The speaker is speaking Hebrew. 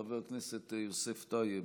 חבר הכנסת יוסף טייב,